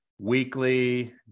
weekly